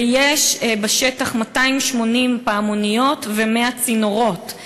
ויש בשטח 280 פעמוניות ו-100 צינורות.